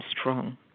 strong